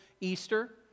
Easter